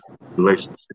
relationship